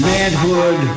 Manhood